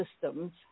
systems